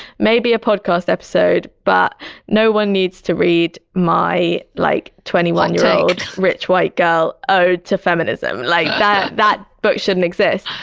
maybe a podcast episode, but no one needs to read my like twenty one year old rich white girl ode to feminism like that, that book shouldn't exist.